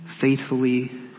faithfully